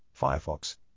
Firefox